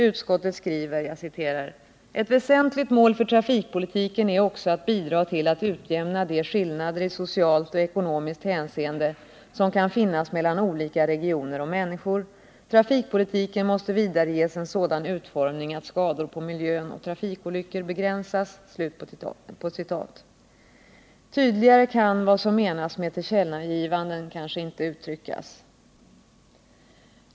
Enligt utskottet är ”ett väsentligt mål för trafikpolitiken också att bidra till att utjämna de skillnader i socialt och ekonomiskt hänseende som kan finnas mellan olika regioner och människor. Trafikpolitiken måste vidare ges en sådan utformning att skador på miljön och trafikolyckor begränsas.” Tydligare kan vad som menas med tillkännagivanden kanske inte uttryckas.